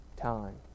time